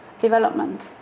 development